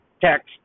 text